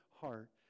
heart